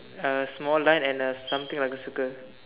a small line and something like a circle